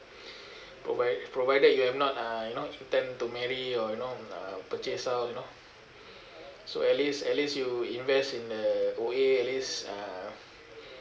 provide provided you have not uh you know intend to marry or you know uh purchase house you know so at least at least you invest in a way at least uh